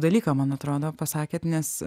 dalyką man atrodo pasakėt nes